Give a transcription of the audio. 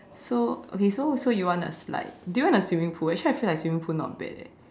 so okay so so you want a slide do you want a swimming pool actually I feel like swimming pool like not bad eh